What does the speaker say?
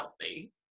healthy